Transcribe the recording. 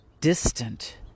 distant